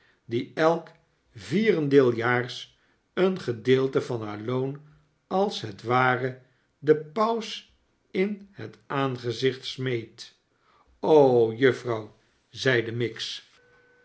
die elk vierendeeljaars een gedeelte van haar loon als het ware den paus in het aangezicht smeet o juffrouw zeide miggs